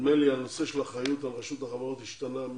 נדמה לי שהנושא של אחריות על רשות החברות השתנתה.